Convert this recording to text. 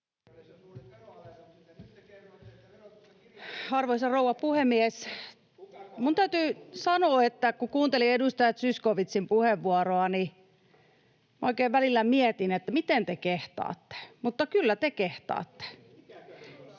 Arvoisa rouva puhemies! Minun täytyy sanoa, että kun kuunteli edustaja Zyskowiczin puheenvuoroa, niin oikein välillä mietin, miten te kehtaatte, mutta kyllä te kehtaatte. [Ben